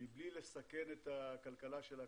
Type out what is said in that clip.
מבלי לסכן את הכלכלה שלה,